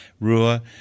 Rua